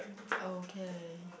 okay